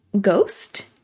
Ghost